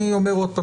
אני אומר עוד פעם,